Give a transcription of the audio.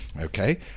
okay